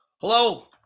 Hello